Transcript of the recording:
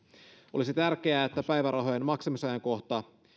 olisi tärkeää että päivärahojen maksamisajankohta